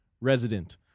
resident